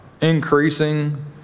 increasing